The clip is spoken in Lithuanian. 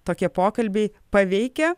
tokie pokalbiai paveikia